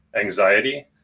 anxiety